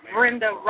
Brenda